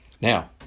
Now